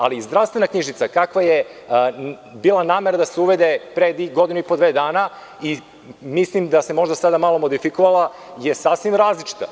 Ali, zdravstvena knjižica, kakva je bila namera da se uvede pre godinu i po, dve, mislim da se možda sada malo modifikovala, je sasvim različita.